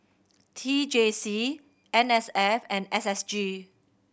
T J C N S F and S S G